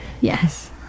Yes